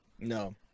no